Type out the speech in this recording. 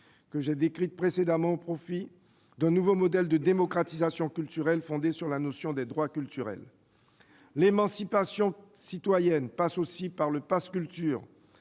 que j'ai décrites précédemment, au profit d'un nouveau modèle de démocratisation culturelle fondé sur la notion de droits culturels. L'émancipation citoyenne passe également par le pass culture.